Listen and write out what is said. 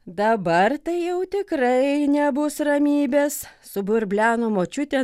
dabar tai jau tikrai nebus ramybės suburbleno močiutė